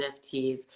NFTs